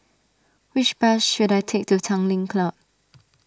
which bus should I take to Tanglin Club